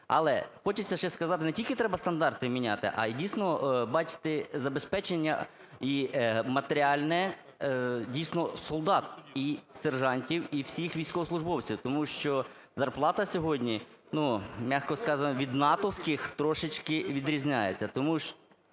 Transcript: Але хочеться ще сказати, не тільки треба стандарти міняти, а й, дійсно, бачити забезпечення і матеріальне, дійсно, солдат і сержантів, і всіх військовослужбовців, тому що зарплата сьогодні… ну м'яко сказано, від натовських трошечки відрізняється.